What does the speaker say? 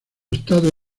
estado